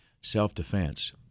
self-defense